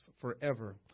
forever